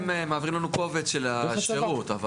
הם מעבירים לנו קובץ של השירות.